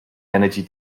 energy